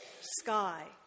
sky